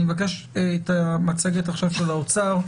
המצגת של האוצר.